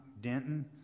Denton